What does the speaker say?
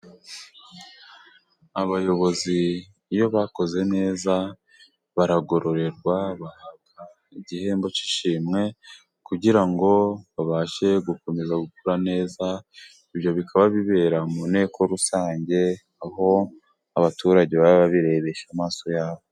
Abayobozi iyo bakoze neza baragororerwa, bahabwa igihembo cy'ishimwe kugira ngo babashe gukomeza gukora neza, ibyo bikaba bibera mu nteko rusange aho abaturage baba babirebesha amaso yabo.